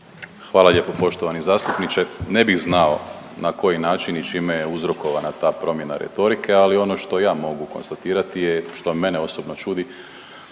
Hvala lijepo poštovani zastupniče. Ne bih znao na koji način i čime je uzrokovana ta promjena retorike, ali ono što ja mogu konstatirati je što mene osobno čudi